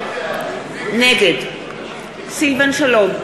נגד סילבן שלום,